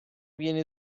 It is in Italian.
viene